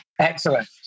Excellent